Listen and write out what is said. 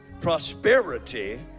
prosperity